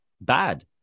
bad